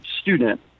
student